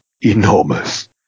enormous